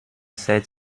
zeit